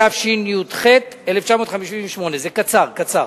התשי"ח 1958. זה קצר, קצר.